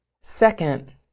Second